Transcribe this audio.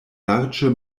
larĝe